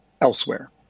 elsewhere